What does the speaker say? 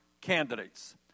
candidates